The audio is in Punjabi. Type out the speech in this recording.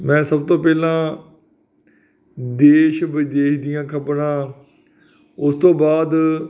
ਮੈਂ ਸਭ ਤੋਂ ਪਹਿਲਾਂ ਦੇਸ਼ ਵਿਦੇਸ਼ ਦੀਆਂ ਖਬਰਾਂ ਉਸ ਤੋਂ ਬਾਅਦ